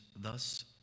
thus